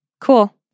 Cool